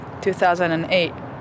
2008